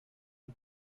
are